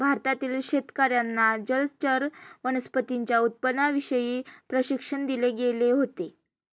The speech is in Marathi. भारतातील शेतकर्यांना जलचर वनस्पतींच्या उत्पादनाविषयी प्रशिक्षण दिले गेले होते